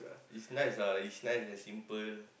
is nice ah is nice and simple